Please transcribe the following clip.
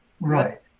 Right